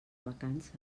vacances